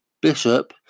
Bishop